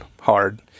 hard